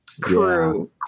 crew